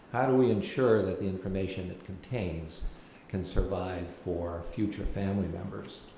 do we ensure that the information it contains can survive for future family members?